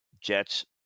Jets